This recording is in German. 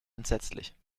entsetzlich